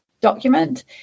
document